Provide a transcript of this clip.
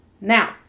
Now